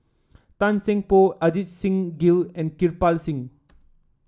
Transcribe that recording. Tan Seng Poh Ajit Singh Gill and Kirpal Singh